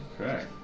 okay